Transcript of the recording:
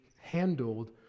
handled